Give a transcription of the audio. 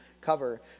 cover